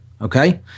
okay